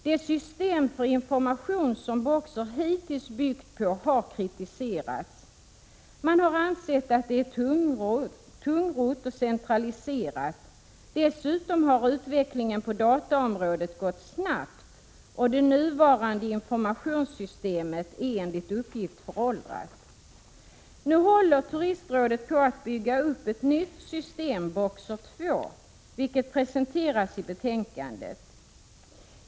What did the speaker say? Det system för information som BOKSER hittills byggt på har kritiserats. Man har ansett att det är tungrott och centraliserat. Dessutom har utvecklingen på dataområdet gått snabbt, och det nuvarande informationssystemet är enligt uppgift föråldrat. Nu håller Turistrådet på att bygga upp ett nytt system, BOKSER II, vilket presenteras i betänkandet.